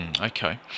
Okay